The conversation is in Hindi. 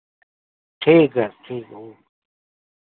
ठीक है ठीक है ओके